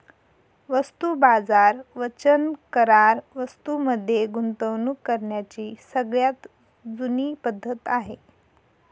वस्तू बाजार वचन करार वस्तूं मध्ये गुंतवणूक करण्याची सगळ्यात जुनी पद्धत आहे